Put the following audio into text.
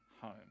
home